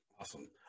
Awesome